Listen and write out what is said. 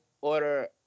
order